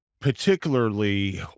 particularly